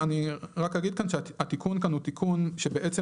אני רק אגיד כאן שהתיקון כאן הוא תיקון שבעצם